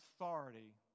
authority